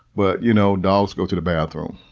but you know, dogs go to the bathroom,